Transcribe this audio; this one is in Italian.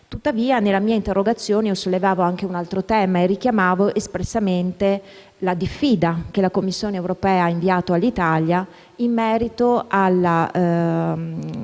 Tuttavia, nella mia interrogazione sollevavo un altro tema e richiamavo espressamente la diffida che la Commissione europea ha inviato all'Italia in merito alla